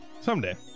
Someday